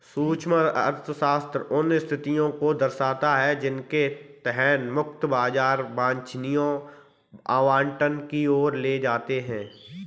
सूक्ष्म अर्थशास्त्र उन स्थितियों को दर्शाता है जिनके तहत मुक्त बाजार वांछनीय आवंटन की ओर ले जाते हैं